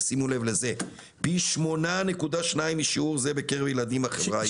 ושימו לב לזה: פי 8.2 משיעור זה בקרב ילדים בחברה היהודית.